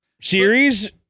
series